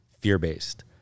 fear-based